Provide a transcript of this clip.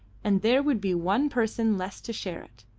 and there would be one person less to share it.